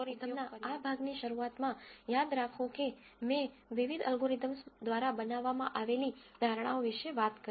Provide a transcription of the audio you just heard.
હવે data science એલ્ગોરિધમ્સના આ ભાગની શરૂઆતમાં યાદ રાખો કે મેં વિવિધ અલ્ગોરિધમ્સ દ્વારા બનાવવામાં આવેલી ધારણાઓ વિશે વાત કરી